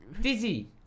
Dizzy